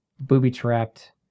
booby-trapped